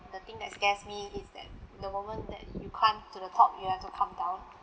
the thing that scares me is that the moment that you climb to the top you have to come down